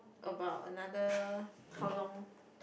about another how long